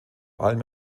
allem